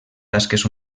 tasques